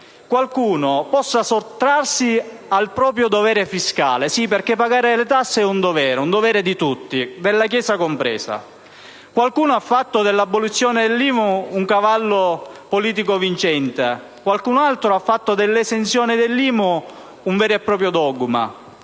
qualcuno possa sottrarsi al proprio dovere fiscale. Sì, perché pagare le tasse è un dovere, ed è un dovere di tutti, compresa la Chiesa. Qualcuno ha fatto dell'abolizione dell'IMU un cavallo politico vincente, qualcun altro ha fatto dell'esenzione dall'IMU un vero e proprio dogma.